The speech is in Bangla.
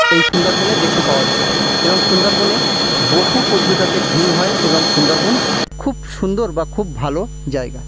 এই সুন্দরবনে দেখতে পাওয়া যায় এবং সুন্দরবনে বহু পর্যটকের ভিড় হয় এবং সুন্দরবন খুব সুন্দর বা খুব ভালো জায়গা